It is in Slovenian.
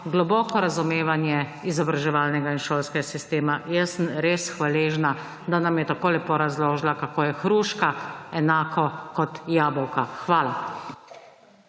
globoko razumevanje izobraževalnega in šolskega sistema. Jaz sem res hvaležna, da nam je tako lepo razložila kako je hruška enako kot jabolko. Hvala.